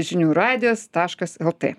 žinių radijas taškas lt